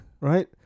Right